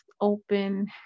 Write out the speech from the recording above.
open